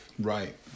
Right